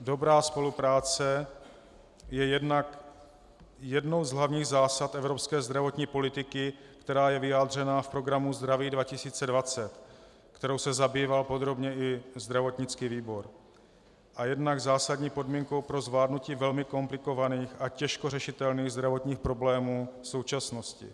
Dobrá spolupráce je jednou z hlavních zásad evropské zdravotní politiky, která je vyjádřena v programu Zdraví 2020, kterou se zabýval podrobně i zdravotnický výbor, a také zásadní podmínkou pro zvládnutí velmi komplikovaných a těžko řešitelných zdravotních problémů současnosti.